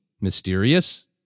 mysterious